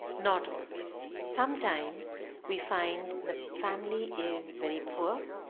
not always, sometimes we find the family is very poor,